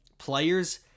players